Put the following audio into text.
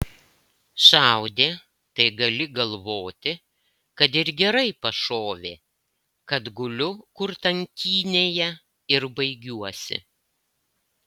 šaudė tai gali galvoti kad ir gerai pašovė kad guliu kur tankynėje ir baigiuosi